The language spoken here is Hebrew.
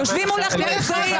יושבים מולך נפגעים.